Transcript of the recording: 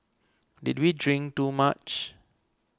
did we drink too much